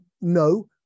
no